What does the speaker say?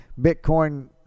bitcoin